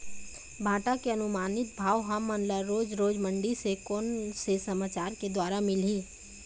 भांटा के अनुमानित भाव हमन ला रोज रोज मंडी से कोन से समाचार के द्वारा मिलही?